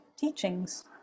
teachings